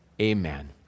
Amen